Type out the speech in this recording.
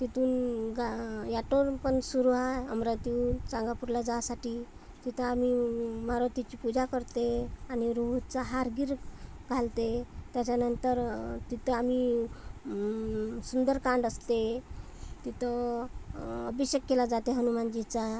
तिथून गा अॅटो पण सुरू आहे अमरावतीहून चांगापूरला जासाठी तिथं आम्ही मारुतीची पूजा करते आणि रुईचा हार गिर घालते त्याच्यानंतर तिथं आम्ही सुंदरकांड असते तिथं अभिषेक केला जाते हनुमानजीचा